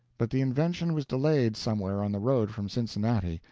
but the invention was delayed somewhere on the road from cincinnati,